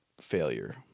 failure